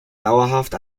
dauerhaft